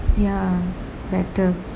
ya better